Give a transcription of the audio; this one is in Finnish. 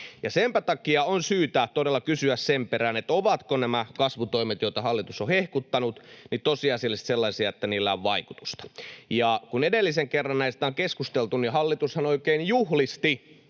Senpä takia on syytä todella kysyä sen perään, ovatko nämä kasvutoimet, joita hallitus on hehkuttanut, tosiasiallisesti sellaisia, että niillä on vaikutusta. Kun edellisen kerran näistä on keskusteltu, niin hallitushan oikein juhlisti,